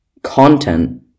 content